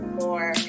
more